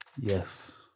Yes